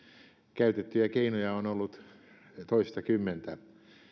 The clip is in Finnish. käytettyjä keinoja on ollut toistakymmentä